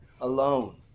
alone